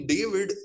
David